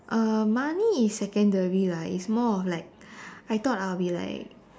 uh money is secondary lah it's more of like I thought I'll be like